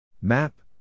Map